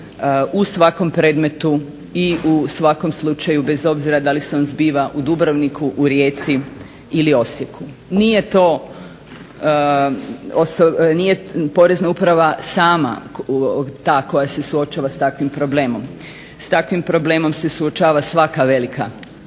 u svakom predmetu i u svakom slučaju, bez obzira da li se on zbiva u Dubrovniku, u Rijeci ili Osijeku. Nije Porezna uprava sama ta koja se suočava s takvim problemom. S takvim problemom se suočava svaka velika